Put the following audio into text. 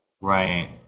Right